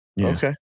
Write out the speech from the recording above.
Okay